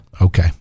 Okay